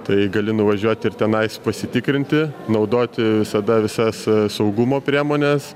tai gali nuvažiuoti ir tenais pasitikrinti naudoti visada visas saugumo priemones